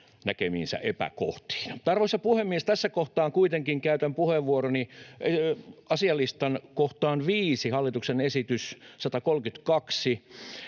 näkemiinsä epäkohtiin. Mutta, arvoisa puhemies, tässä kohtaa kuitenkin käytän puheenvuoroni asialistan kohtaan 5, hallituksen esitys 132,